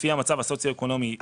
לפי המצב הסוציו-אקונומי שלו.